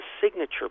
signature